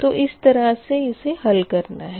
तो इस तरह से इसे हल करना है